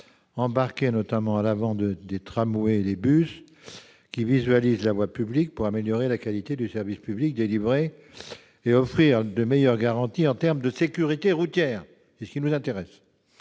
embarquées, notamment à l'avant des tramways et des bus, qui visualisent la voie publique, pour améliorer la qualité du service public délivré et offrir de meilleures garanties en termes de sécurité routière. La présence de ces caméras